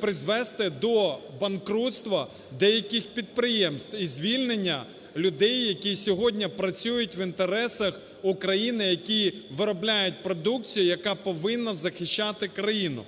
призвести до банкрутства деяких підприємств і звільнення людей, які сьогодні працюють в інтересах України, які виробляють продукцію, яка повинна захищати країну.